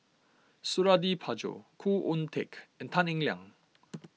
Suradi Parjo Khoo Oon Teik and Tan Eng Liang